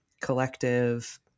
collective